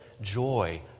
joy